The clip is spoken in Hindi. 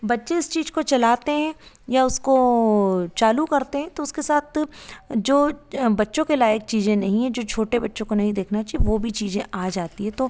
बच्चे इस चीज़ को चलाते हैं या उसको चालू करते हैं उसके साथ जो बच्चों के लायक चीज़ें नहीं है जो छोटे बच्चों को नहीं देखना चाहिए वो भी चीज़ें आ जाती है तो